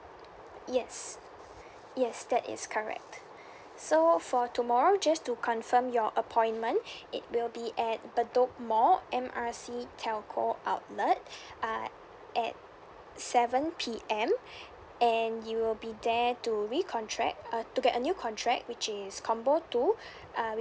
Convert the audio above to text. yes yes that is correct so for tomorrow just to confirm your appointment it will be at bedok mall M R C telco outlet uh at seven P_M and you will be there to recontract uh to get a new contract which is combo two uh with